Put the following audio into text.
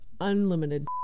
unlimited